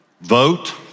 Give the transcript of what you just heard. Vote